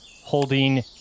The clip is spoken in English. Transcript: holding